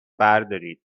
بردارید